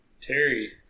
Terry